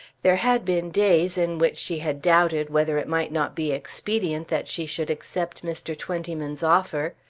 there had been days in which she had doubted whether it might not be expedient that she should accept mr. twentyman's offer.